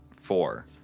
four